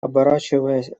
оборачиваясь